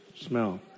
smell